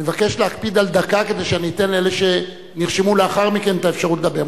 אני מבקש להקפיד על דקה כדי שאתן לאלה שנרשמו לאחר מכן את האפשרות לדבר.